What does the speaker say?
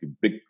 big